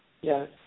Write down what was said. Yes